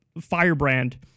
firebrand